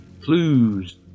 Clues